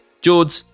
George